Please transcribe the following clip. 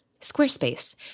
Squarespace